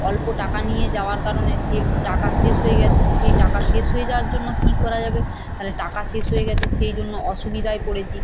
অল্প টাকা নিয়ে যাওয়ার কারণে সে টাকা শেষ হয়ে গিয়েছে সেই টাকা শেষ হয়ে যাওয়ার জন্য কী করা যাবে তাহলে টাকা শেষ হয়ে গিয়েছে সেই জন্য অসুবিধায় পড়েছি